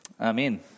Amen